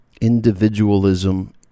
individualism